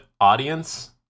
audience